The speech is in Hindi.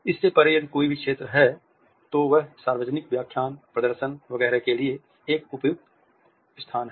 इससे परे यदि कोई भी क्षेत्र हो तो वह सार्वजनिक व्याख्यान प्रदर्शन वगैरह के लिए एक उपयुक्त है